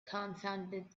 confounded